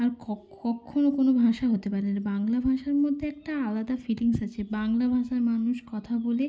আর কক্ষনো কোনো ভাষা হতে পরে না বাংলা ভাষার মধ্যে একটা আর আলাদা ফিলিংস আছে বাংলা ভাষায় মানুষ কথা বলে